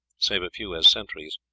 save a few as sentries,